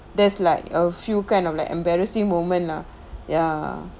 there's like a few kind of like embarrassing moment lah ya